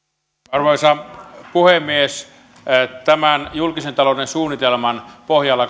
arvoisa puhemies tämän julkisen talouden suunnitelman pohjalla